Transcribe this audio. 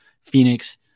Phoenix